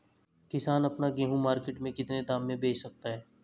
किसान अपना गेहूँ मार्केट में कितने दाम में बेच सकता है?